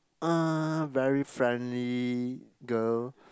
uh very friendly girl